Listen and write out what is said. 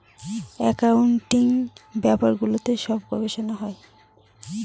accounting ব্যাপারগুলোতে সব গবেষনা হয়